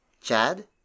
Chad